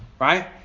Right